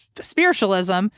spiritualism